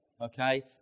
okay